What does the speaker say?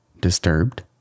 disturbed